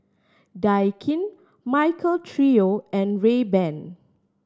Daikin Michael Trio and Rayban